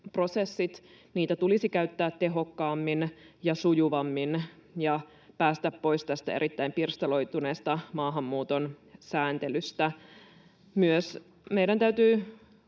Niitä tulisi käyttää tehokkaammin ja sujuvammin ja päästä pois tästä erittäin pirstaloituneesta maahanmuuton sääntelystä. Meidän täytyy